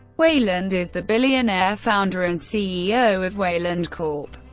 weyland is the billionaire founder and ceo of weyland corp.